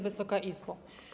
Wysoka Izbo!